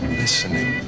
listening